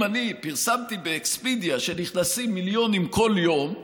אם אני פרסמתי באקספדיה, שנכנסים מיליונים כל יום,